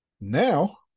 Now